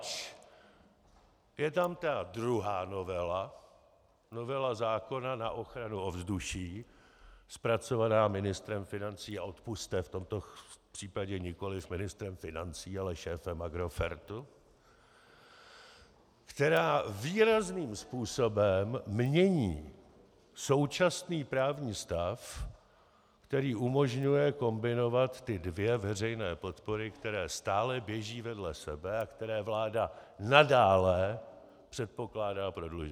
Leč je tam ta druhá novela, novela zákona na ochranu ovzduší zpracovaná ministrem financí a odpusťte, v tomto případě nikoliv ministrem financí, ale šéfem Agrofertu která výrazným způsobem mění současný právní stav, který umožňuje kombinovat ty dvě veřejné podpory, které stále běží vedle sebe a které vláda nadále předpokládá prodlužovat.